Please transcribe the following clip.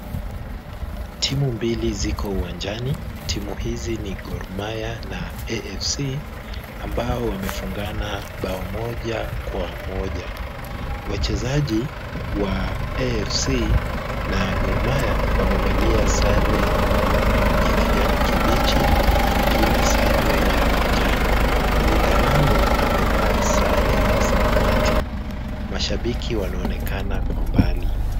Timu mbili ziko uwanjani, timu hizi ni Gor mahia na AFC, ambao wamefungana bao moja kwa moja, wachezaji wa AFC na Gor mahia wamevalia sare ya kijani kibichi na wengine sare ya manjano. Mlinda lango amevaa sare ya samawati, mashabiki wanaonekana kwa mbali.